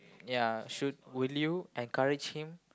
ya should will you encourage him